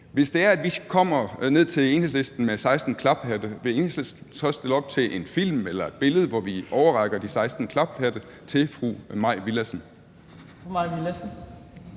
at vi kommer ned til Enhedslisten med 16 klaphatte, vil Enhedslisten så stille op til en film eller et billede, hvor vi overrækker de 16 klaphatte til fru Mai Villadsen?